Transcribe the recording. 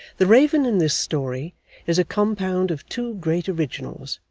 the raven in this story is a compound of two great originals,